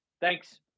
Thanks